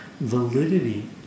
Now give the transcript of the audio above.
validity